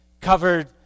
covered